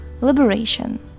liberation